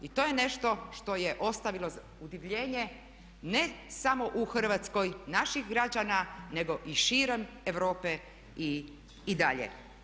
I to je nešto što je ostavilo udivljenje ne samo u Hrvatskoj naših građana, nego i širom Europe i dalje.